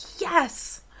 yes